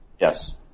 Yes